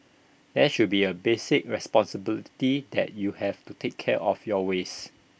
there should be A basic responsibility that you have to take care of your waste